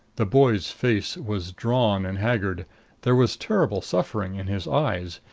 the boy's face was drawn and haggard there was terrible suffering in his eyes,